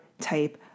type